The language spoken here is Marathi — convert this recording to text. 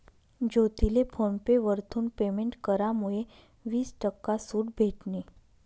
ज्योतीले फोन पे वरथून पेमेंट करामुये वीस टक्का सूट भेटनी